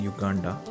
Uganda